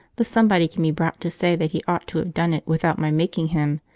the somebody can be brought to say that he ought to have done it without my making him,